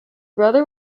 brother